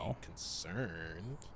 concerned